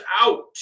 out